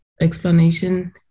explanation